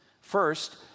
First